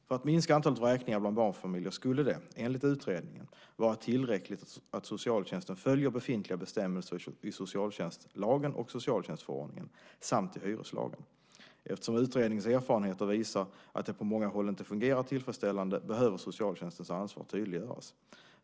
För att minska antalet vräkningar bland barnfamiljer skulle det - enligt utredningen - vara tillräckligt att socialtjänsten följer befintliga bestämmelser i socialtjänstlagen och i socialtjänstförordningen samt i hyreslagen. Eftersom utredningens erfarenheter visar att det på många håll inte fungerar tillfredsställande behöver socialtjänstens ansvar tydliggöras.